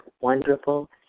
wonderful